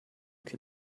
can